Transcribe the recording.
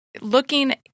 Looking